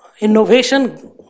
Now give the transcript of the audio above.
Innovation